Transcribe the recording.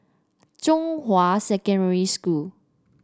Zhonghua Secondary School